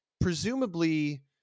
presumably